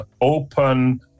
open